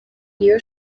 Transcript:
niyo